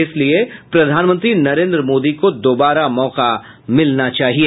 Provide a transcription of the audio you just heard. इसलिये प्रधानमंत्री नरेंद्र मोदी को दोबारा मौका मिलना चाहिये